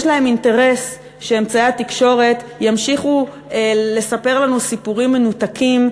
יש להם אינטרס שאמצעי התקשורת ימשיכו לספר לנו סיפורים מנותקים,